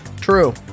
true